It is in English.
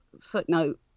footnote